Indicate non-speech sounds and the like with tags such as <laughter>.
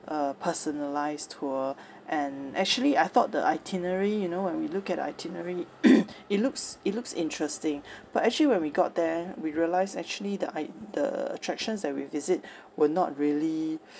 a personalised tour and actually I thought the itinerary you know when we look at the itinerary <noise> it looks it looks interesting but actually when we got there we realised actually the i~ the attractions that we visit were not really